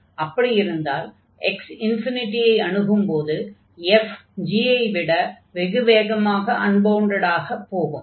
அப்படி இருந்தால் x ஐ அணுகும்போது f g ஐ விட வெகு வேகமாக அன்பவுண்டட் ஆகப் போகும்